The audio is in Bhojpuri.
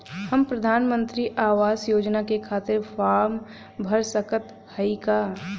हम प्रधान मंत्री आवास योजना के खातिर फारम भर सकत हयी का?